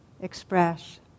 express